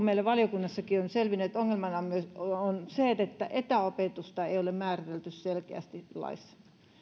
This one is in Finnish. meille valiokunnassakin on selvinnyt että ongelmana on myös se että etäopetusta ei ei ole määritelty selkeästi laissa